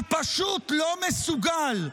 הוא פשוט לא מסוגל,